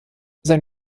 sein